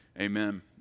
Amen